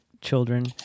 children